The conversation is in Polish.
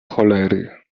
cholery